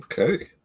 Okay